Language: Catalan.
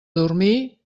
dormir